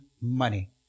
money